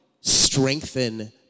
strengthen